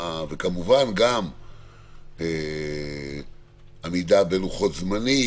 וכמובן גם העמידה בלוחות הזמנים,